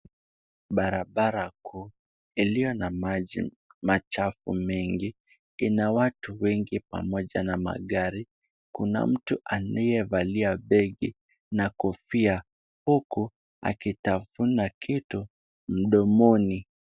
Barabara kuu iliyo na maji machafu mengi, ina watu wengi pamoja na magari. Kuna mtu aliyevalia begi na kofia, huku akitafuna kitu mdomoni.